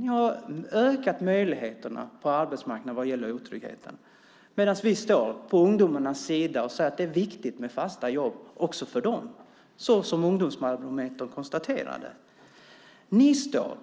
Ni har ökat otryggheten på arbetsmarknaden. Vi står på ungdomarnas sida och säger att det är viktigt med fasta jobb också för dem, såsom Ungdomsbarometern konstaterade. Ni står